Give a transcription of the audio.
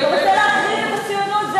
אתה רוצה להחריב את הציונות?